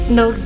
no